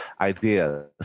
ideas